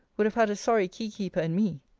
would have had a sorry key-keeper in me.